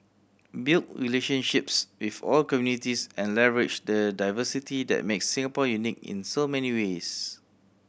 build relationships with all communities and leverage the diversity that makes Singapore unique in so many ways